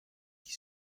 qui